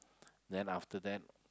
then after that